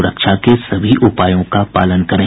सुरक्षा के सभी उपायों का पालन करें